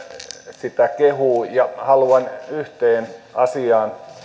sitä kehuu ja haluan ottaa kantaa yhteen asiaan